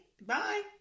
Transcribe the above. Bye